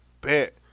Bet